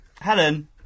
Helen